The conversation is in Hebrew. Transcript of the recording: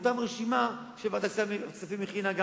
והיתה אותה רשימה שוועדת הכספים הכינה,